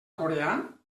coreà